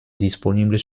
disponibles